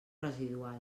residual